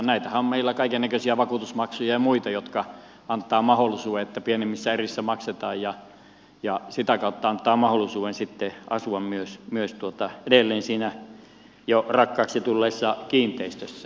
näitähän on meillä kaikennäköisiä vakuutusmaksuja ja muita jotka antavat mahdollisuuden että pienemmissä erissä maksetaan ja se sitä kautta antaa mahdollisuuden sitten asua myös edelleen siinä jo rakkaaksi tulleessa kiinteistössä